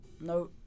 No